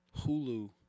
Hulu